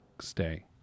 stay